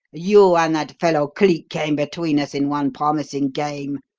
you and that fellow cleek came between us in one promising game,